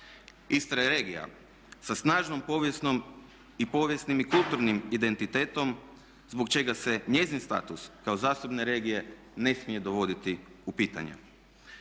Istra je regija sa snažnom povijesnom i povijesnim i kulturnim identitetom zbog čega se njezin status kao zasebne regije ne smije dovoditi u pitanje.